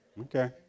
Okay